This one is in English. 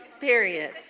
Period